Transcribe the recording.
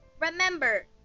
remember